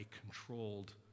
controlled